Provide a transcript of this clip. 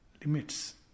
limits